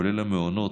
כולל המעונות,